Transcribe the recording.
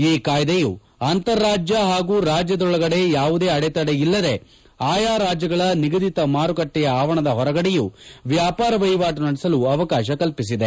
ಈ ಕಾಯ್ದೆಯು ಅಂತಾರಾಜ್ಯ ಹಾಗೊ ರಾಜ್ಯದೊಳಗಡೆ ಯಾವುದೇ ಅಡೆತಡೆ ಇಲ್ಲದೆ ಆಯಾ ರಾಜ್ಯಗಳ ನಿಗದಿತ ಮಾರುಕಟ್ಟೆಯ ಆವರಣದ ಹೊರಗಡೆಯೂ ವ್ಯಾಪಾರ ವಹಿವಾಟು ನಡೆಸಲು ಅವಕಾಶ ಕಲ್ಪಿಸಿದೆ